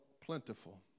plentiful